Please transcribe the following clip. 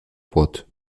płot